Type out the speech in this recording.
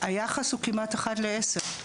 היחס הוא כמעט אחד לעשרה.